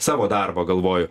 savo darbą galvoju